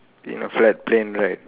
in a flat plane right